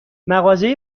مغازه